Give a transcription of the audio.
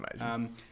amazing